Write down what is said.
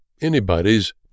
anybody's